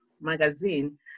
magazine